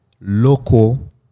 local